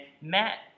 Matt